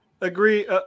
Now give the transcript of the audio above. Agree